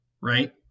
right